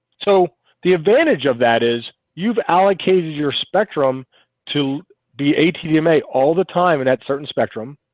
so the advantage of that is you've allocated your spectrum to be a tdma all the time and at certain spectrum,